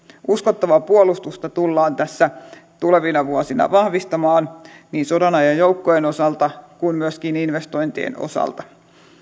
uskottavaa puolustusta tullaan tässä tulevina vuosina vahvistamaan niin sodanajan joukkojen osalta kuin myöskin investointien osalta